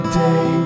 day